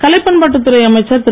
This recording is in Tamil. கலை பண்பாட்டுத்துறை அமைச்சர் திரு